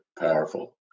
powerful